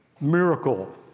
miracle